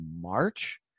march